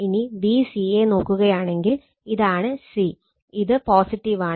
ഇനി Vca നോക്കുകയാണെങ്കിൽ ഇതാണ് c ഇത് പോസിറ്റീവാണ്